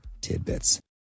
tidbits